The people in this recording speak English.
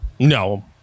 No